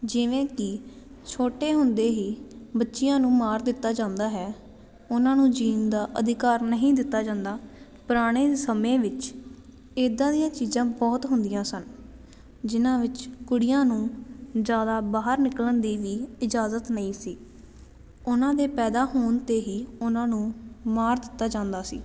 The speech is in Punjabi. ਜਿਵੇਂ ਕਿ ਛੋਟੇ ਹੁੰਦੇ ਹੀ ਬੱਚੀਆਂ ਨੂੰ ਮਾਰ ਦਿੱਤਾ ਜਾਂਦਾ ਹੈ ਉਹਨਾਂ ਨੂੰ ਜਿਉਣ ਦਾ ਅਧਿਕਾਰ ਨਹੀਂ ਦਿੱਤਾ ਜਾਂਦਾ ਪੁਰਾਣੇ ਸਮੇਂ ਵਿੱਚ ਇੱਦਾਂ ਦੀਆਂ ਚੀਜ਼ਾਂ ਬਹੁਤ ਹੁੰਦੀਆਂ ਸਨ ਜਿਨ੍ਹਾਂ ਵਿੱਚ ਕੁੜੀਆਂ ਨੂੰ ਜ਼ਿਆਦਾ ਬਾਹਰ ਨਿਕਲਣ ਦੀ ਵੀ ਇਜਾਜ਼ਤ ਨਹੀਂ ਸੀ ਉਹਨਾਂ ਦੇ ਪੈਦਾ ਹੋਣ 'ਤੇ ਹੀ ਉਹਨਾਂ ਨੂੰ ਮਾਰ ਦਿੱਤਾ ਜਾਂਦਾ ਸੀ